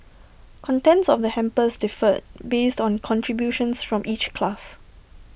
contents of the hampers differed based on contributions from each class